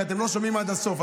אתם לא שומעים עד הסוף.